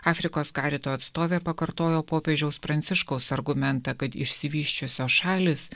afrikos karito atstovė pakartojo popiežiaus pranciškaus argumentą kad išsivysčiusios šalys